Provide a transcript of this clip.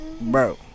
bro